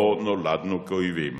לא נולדנו כאויבים